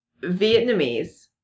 Vietnamese